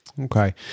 Okay